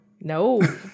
No